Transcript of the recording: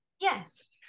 Yes